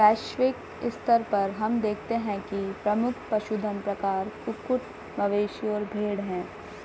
वैश्विक स्तर पर हम देखते हैं कि प्रमुख पशुधन प्रकार कुक्कुट, मवेशी और भेड़ हैं